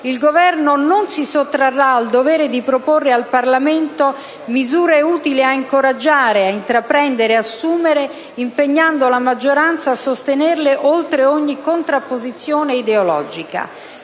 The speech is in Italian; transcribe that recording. il Governo non si sottrarrà al dovere di proporre al Parlamento misure utili a incoraggiare, a intraprendere e ad assumere, impegnando la maggioranza a sostenerle oltre ogni contrapposizione ideologica.